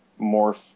morph